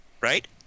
Right